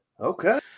Okay